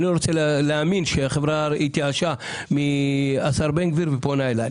אני לא רוצה להאמין שהחברה התייאשה מהשר בן גביר ופונה אלי.